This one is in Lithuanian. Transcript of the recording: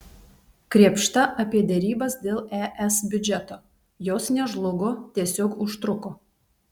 krėpšta apie derybas dėl es biudžeto jos nežlugo tiesiog užtruko